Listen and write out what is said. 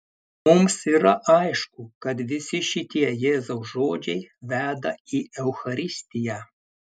mums yra aišku kad visi šitie jėzaus žodžiai veda į eucharistiją